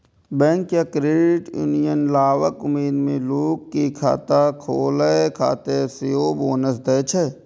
bank या credit union लाभक उम्मीद मे लोग कें खाता खोलै खातिर सेहो बोनस दै छै